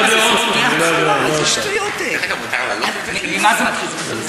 איזה שטויות אלה,